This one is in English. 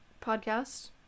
Podcast